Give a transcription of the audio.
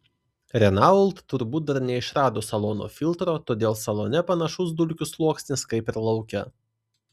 renault turbūt dar neišrado salono filtro todėl salone panašus dulkių sluoksnis kaip ir lauke